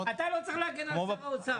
--- אתה לא צריך להגן על שר האוצר.